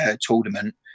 tournament